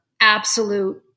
absolute